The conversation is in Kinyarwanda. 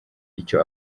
icyo